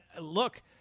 look